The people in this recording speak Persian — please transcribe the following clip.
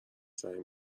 زنگ